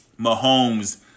Mahomes